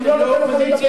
אני לא נותן לך לדבר,